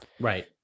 Right